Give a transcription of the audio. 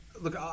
look